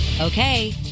Okay